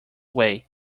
way